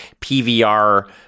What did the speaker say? PVR